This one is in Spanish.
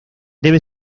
debe